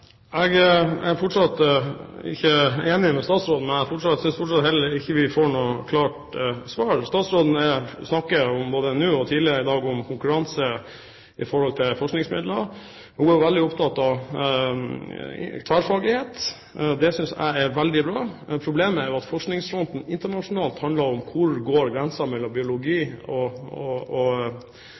Jeg er fortsatt ikke enig med statsråden, og jeg synes fortsatt heller ikke vi får noe klart svar. Statsråden snakker, både nå og tidligere i dag, om konkurranse i forhold til forskningsmidler. Hun er veldig opptatt av tverrfaglighet. Det synes jeg er veldig bra. Problemet er at forskningsfronten internasjonalt handler om hvor grensen går mellom biologi og samfunn, mens det i Norge er veldig mye samfunn og